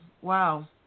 Wow